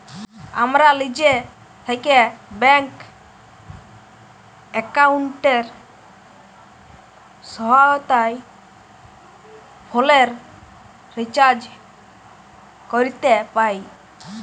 আমরা লিজে থ্যাকে ব্যাংক এক্কাউন্টের সহায়তায় ফোলের রিচাজ ক্যরতে পাই